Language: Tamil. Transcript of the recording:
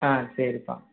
ஆ சரிப்பா